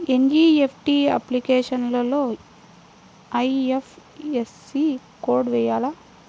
NEFT అప్లికేషన్లో IFSC code వేయాలా?